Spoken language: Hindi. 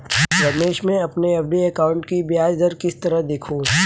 रमेश मैं अपने एफ.डी अकाउंट की ब्याज दर किस तरह देखूं?